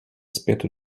zpět